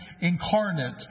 incarnate